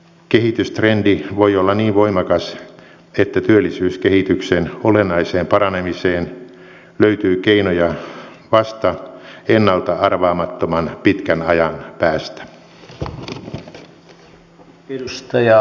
kehitystrendi voi olla niin voimakas että työllisyyskehityksen olennaiseen paranemiseen löytyy keinoja vasta ennalta arvaamattoman pitkän ajan päästä